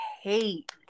hate